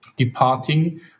Departing